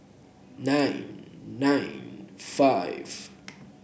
nine nine five